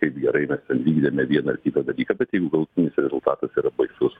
kaip gerai mes ten vykdėme vieną ar kitą dalyką bet jeigu gautų rezultatų yra baisus